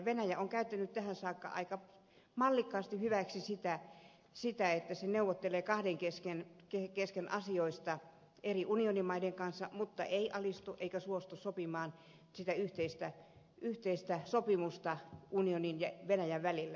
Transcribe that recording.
venäjä on käyttänyt tähän saakka aika mallikkaasti hyväksi sitä että se neuvottelee kahden kesken asioista eri unionimaiden kanssa mutta ei alistu eikä suostu sopimaan sitä yhteistä sopimusta unionin ja venäjän välillä